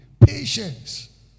Patience